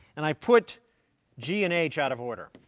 and i've put g and h out of order.